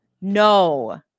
no